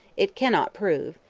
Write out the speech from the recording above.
it cannot prove,